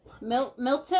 Milton